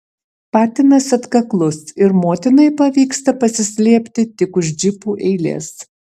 patinas atkaklus ir motinai pavyksta pasislėpti tik už džipų eilės